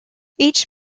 each